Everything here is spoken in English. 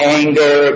anger